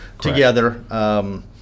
together